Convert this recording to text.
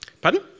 Pardon